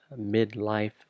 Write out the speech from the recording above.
midlife